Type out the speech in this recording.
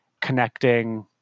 connecting